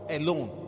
alone